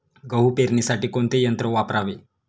गहू पेरणीसाठी कोणते यंत्र वापरावे?